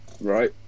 Right